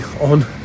on